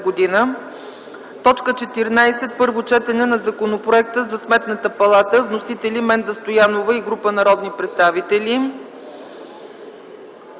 г. 14. Първо четене на Законопроекта за Сметната палата. Вносители – Менда Стоянова и група народни представители.